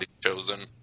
chosen